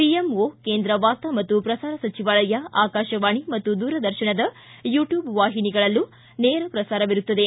ಪಿಎಂಬ ಕೇಂದ್ರ ವಾರ್ತಾ ಮತ್ತು ಪ್ರಸಾರ ಸಚಿವಾಲಯ ಆಕಾಶವಾಣಿ ಮತ್ತು ದೂರದರ್ಶನದ ಯೂಟ್ಕೂಬ್ ವಾಹಿನಿಗಳಲ್ಲೂ ನೇರ ಪ್ರಸಾರವಿರುತ್ತದೆ